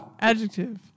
Adjective